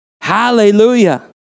Hallelujah